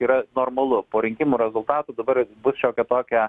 yra normalu po rinkimų rezultatų dabar bus šiokia tokia